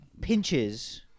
pinches